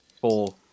Four